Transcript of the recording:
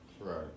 Right